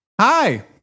Hi